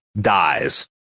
dies